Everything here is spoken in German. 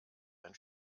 ein